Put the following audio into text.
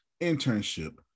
internship